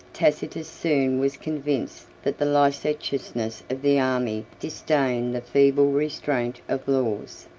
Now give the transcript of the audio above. tacitus soon was convinced that the licentiousness of the army disdained the feeble restraint of laws,